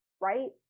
right